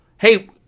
hey